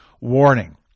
warning